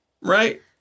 Right